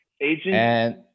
Agent